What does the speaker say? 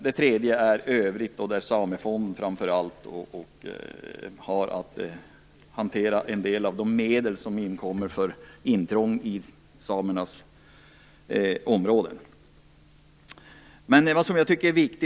Det tredje är övrigt, och det är framför allt Samefonden som har att hantera en del av de medel som inkommer för intrång i samernas områden.